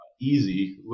easy